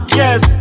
yes